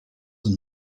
are